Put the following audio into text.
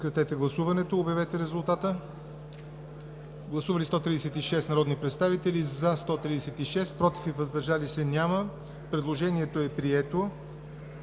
Предложението е прието.